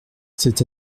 c’est